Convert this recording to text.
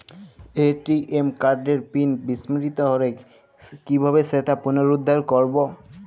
ATM কার্ডের PIN বিস্মৃত হলে কীভাবে সেটা পুনরূদ্ধার করব?